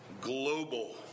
global